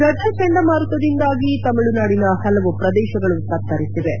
ಗಜ ಚಂಡಮಾರುತದಿಂದಾಗಿ ತಮಿಳುನಾಡಿನ ಹಲವು ಪ್ರದೇಶಗಳು ತತ್ತರಿಸಿವೆ